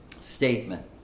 statement